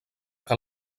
que